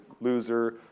loser